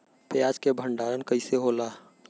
प्याज के भंडारन कइसे होला?